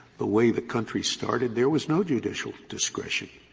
the way the country started, there was no judicial discretion.